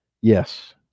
Yes